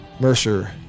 Mercer